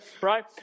right